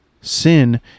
Sin